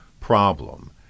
problem